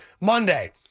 Monday